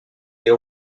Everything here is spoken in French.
les